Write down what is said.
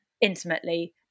intimately